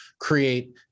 create